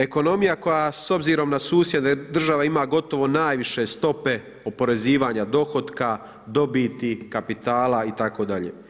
Ekonomija koja s obzirom na susjede država ima gotovo najviše stope oporezivanja dohotka, dobiti, kapitala itd.